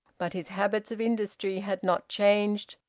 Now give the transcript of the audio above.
but his habits of industry had not changed,